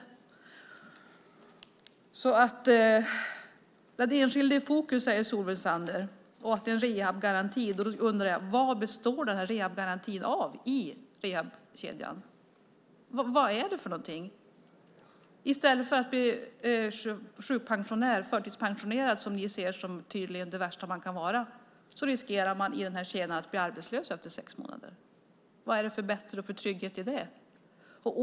Solveig Zander säger att den enskilde ska vara i fokus och att det ska finnas en rehabgaranti. Vad består rehabgarantin av i rehabkedjan? Vad är det för någonting? I stället för att bli förtidspensionerad, som ni tydligen ser som det värsta man kan vara, riskerar människor i kedjan att bli arbetslösa efter sex månader. Vad är det som är bättre och vad finns det för trygghet i det?